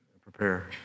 prepare